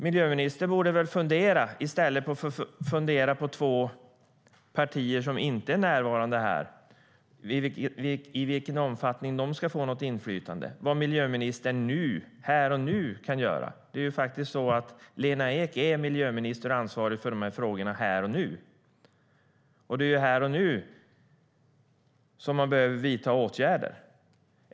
Miljöministern borde, i stället för att fundera på två partier som inte är närvarande här och i vilken mån de ska få något inflytande, fundera på vad hon här och nu kan göra. Lena Ek är miljöminister och ansvarig för de här frågorna här och nu, och det är här och nu som man behöver vidta åtgärder.